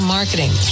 Marketing